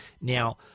Now